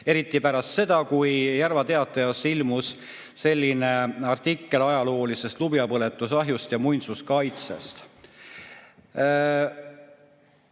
loo pärast seda, kui Järva Teatajas ilmus artikkel ajaloolisest lubjapõletusahjust ja muinsuskaitsest.